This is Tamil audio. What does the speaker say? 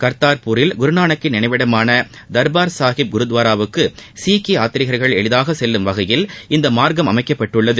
கர்த்தார்பூரில் குருநானக்கின் நினைவிடமான தர்பார் சாஹிப் குருதுவாராவுக்கு சீக்கிய யாதீகர்கள் எளிதாக செல்லும்வகையில் இந்த மார்க்கம் அமைக்கப்பட்டுள்ளது